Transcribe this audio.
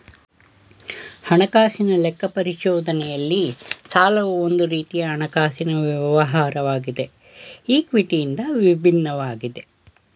ಹಣಕಾಸು ಲೆಕ್ಕ ಪರಿಶೋಧನೆಯಲ್ಲಿ ಸಾಲವು ಒಂದು ರೀತಿಯ ಹಣಕಾಸಿನ ವ್ಯವಹಾರವಾಗಿದೆ ಈ ಕ್ವಿಟಿ ಇಂದ ವಿಭಿನ್ನವಾಗಿದೆ